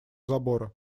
забора